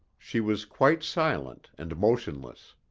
she was quite silent and motionless.